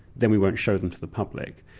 then we won't show them to the public.